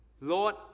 Lord